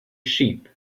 sheep